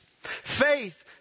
Faith